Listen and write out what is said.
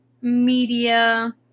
media